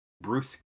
Bruce